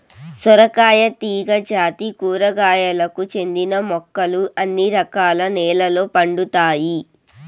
సొరకాయ తీగ జాతి కూరగాయలకు చెందిన మొక్కలు అన్ని రకాల నెలల్లో పండుతాయి